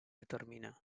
determine